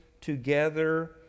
together